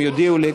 הם יודיעו לי,